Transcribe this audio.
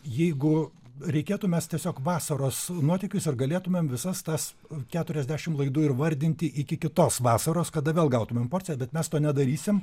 jeigu reikėtų mes tiesiog vasaros nuotykius ar galėtumėm visas tas keturiasdešim laidų ir vardinti iki kitos vasaros kada vėl gautumėm porciją bet mes to nedarysim